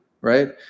right